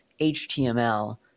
HTML